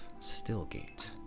Stillgate